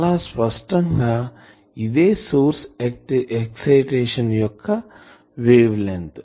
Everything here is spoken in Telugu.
చాలా స్పష్టం గా ఇదే సోర్స్ ఎక్సైటేషన్ యొక్క వేవ్ లెంగ్త్